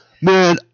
Man